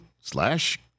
slash